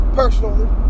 personally